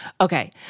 Okay